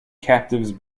captives